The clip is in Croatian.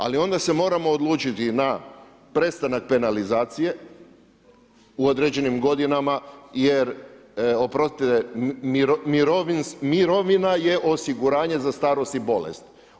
Ali onda se moramo odlučiti na prestanak penalizacije u određenim godinama jer oprostite mirovina je osiguranje za starost i bolest.